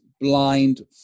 blind